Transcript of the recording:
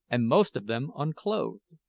and most of them unclothed.